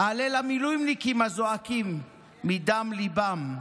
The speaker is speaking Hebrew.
אהלל המילואימניקים הזועקים מדם ליבם,